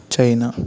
China